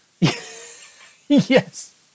Yes